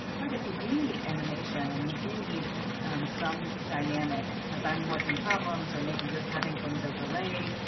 but if you do need animation and you do need some dynamic as i'm working problems, or maybe you're having things overlaid.